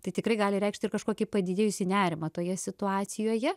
tai tikrai gali reikšti ir kažkokį padidėjusį nerimą toje situacijoje